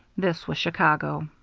this was chicago.